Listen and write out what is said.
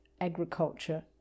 agriculture